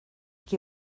qui